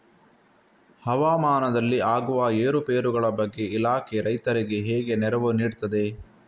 ಹವಾಮಾನದಲ್ಲಿ ಆಗುವ ಏರುಪೇರುಗಳ ಬಗ್ಗೆ ಇಲಾಖೆ ರೈತರಿಗೆ ಹೇಗೆ ನೆರವು ನೀಡ್ತದೆ?